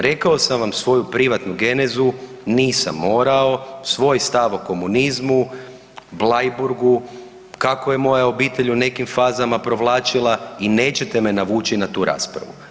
Rekao sam vam svoju privatnu genezu, nisam morao, svoj stav o komunizmu, Bleiburgu, kako je moja obitelj u nekim fazama provlačila i nećete me navući na tu raspravu.